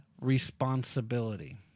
responsibility